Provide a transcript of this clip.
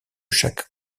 chaque